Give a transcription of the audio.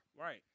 Right